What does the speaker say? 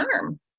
arm